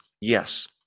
Yes